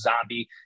zombie